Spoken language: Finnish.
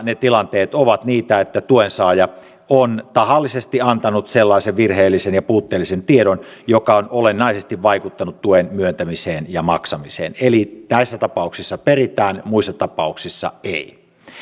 ne tilanteet ovat niitä että tuensaaja on tahallisesti antanut sellaisen virheellisen ja puutteellisen tiedon joka on olennaisesti vaikuttanut tuen myöntämiseen ja maksamiseen eli näissä tapauksissa peritään muissa tapauksissa ei